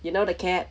you know the cat